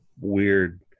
weird